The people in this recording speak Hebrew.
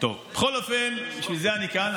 בכל אופן, בשביל זה אני כאן.